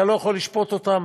אתה לא יכול לשפוט אותם,